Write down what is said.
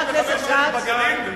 אני